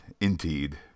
indeed